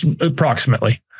Approximately